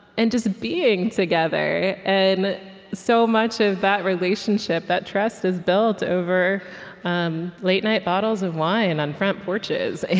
and just being together. and so much of that relationship, that trust, is built over um late-night bottles of wine on front porches